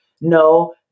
No